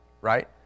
right